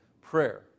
Prayer